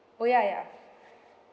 oh ya ya